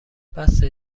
بسه